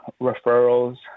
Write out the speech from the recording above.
referrals